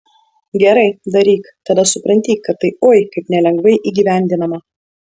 gerai daryk tada supranti kad tai oi kaip nelengvai įgyvendinama